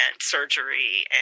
surgery